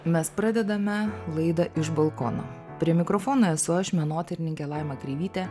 mes pradedame laidą iš balkono prie mikrofono esu aš menotyrininkė laima kreivytė